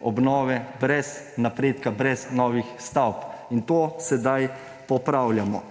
obnove, brez napredka, brez novih stavb; in to sedaj popravljamo.